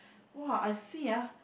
!wah! I see ah